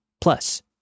Plus